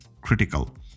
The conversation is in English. critical